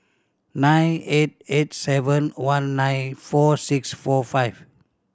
nine eight eight seven one nine four six four five